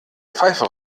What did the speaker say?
pfeife